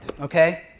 Okay